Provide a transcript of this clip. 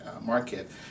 market